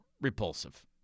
repulsive